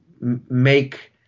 make